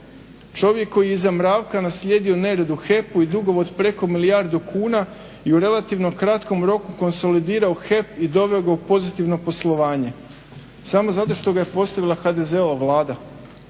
Čovjek koji je iza Mravka naslijedio nered u HEP-u i dugove od preko milijardu kuna i u relativno kratkom roku konsolidirao HEP i doveo ga u pozitivno poslovanje. Samo zato što ga je postavila HDZ-ova vlada.